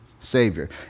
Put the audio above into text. Savior